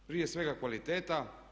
Prije svega kvaliteta.